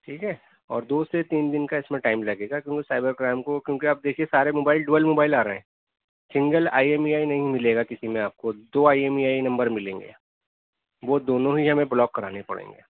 ٹھیک ہے اور دو سے تین دن کا اس میں ٹائم لگے گا کیوںکہ سائبر کرائم کو کیوںکہ آپ دیکھیے سارے موبائل ڈوئل موبائل آ رہا ہے single I M E I نہیں ملے گا کسی میں آپ کو دو I M E I number ملیں گے وہ دونوں ہی ہمیں بلاک کرانے پڑیں گے